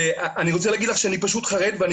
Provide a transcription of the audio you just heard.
אני רוצה להגיד לך שאני פשוט חרד ואני